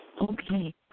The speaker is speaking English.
Okay